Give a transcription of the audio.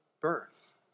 birth